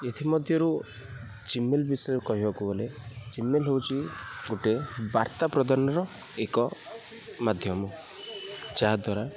ଏଥିମଧ୍ୟରୁ ଜିମେଲ୍ ବିଷୟରେ କହିବାକୁ ଗଲେ ଜିମେଲ୍ ହେଉଛି ଗୋଟେ ବାର୍ତ୍ତା ପ୍ରଦାନର ଏକ ମାଧ୍ୟମ ଯାହାଦ୍ୱାରା